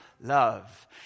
love